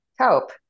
Cope